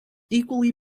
equally